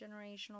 generational